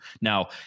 Now